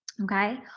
okay?